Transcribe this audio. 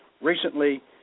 Recently